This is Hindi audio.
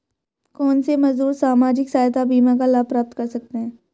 कौनसे मजदूर सामाजिक सहायता बीमा का लाभ प्राप्त कर सकते हैं?